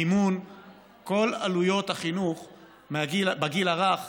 מימון כל עלויות החינוך בגיל הרך,